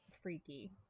freaky